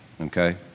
okay